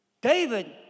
David